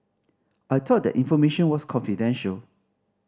I thought that information was confidential